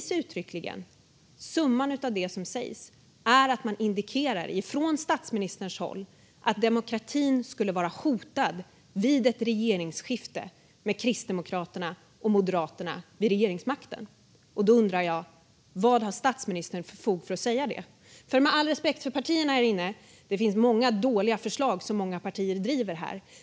Summan av det som sägs är att man från statsministerns håll indikerar att demokratin skulle vara hotad vid ett regeringsskifte där Kristdemokraterna och Moderaterna tar över regeringsmakten. Då undrar jag: Vad har statsministern för fog för att säga det? Med all respekt för partierna här inne kan jag säga att det finns många dåliga förslag som många partier driver.